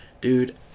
dude